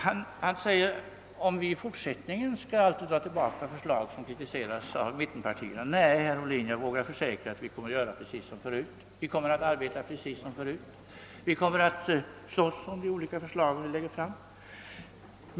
Herr Ohlin frågar om vi också i fortsättningen skall dra tillbaka förslag som kritiseras av mittenpartierna. Nej, herr Ohlin, jag vågar försäkra att vi på samma sätt som vi tidigare gjort kommer att kämpa för de olika förslag vi lägger fram.